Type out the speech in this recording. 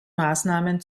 maßnahmen